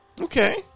Okay